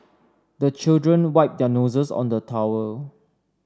the children wipe their noses on the towel